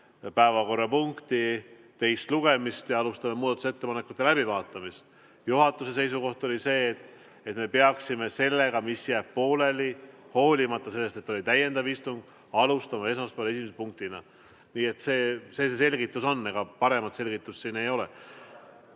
päevakorrapunkti teist lugemist ja alustame muudatusettepanekute läbivaatamist. Juhatuse seisukoht oli see, et me peaksime sellega, mis jääb pooleli, hoolimata sellest, et oli täiendav istung, alustama esmaspäeval esimese punktina. Nii et see selgitus on, ega paremat ei ole. Jevgeni